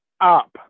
up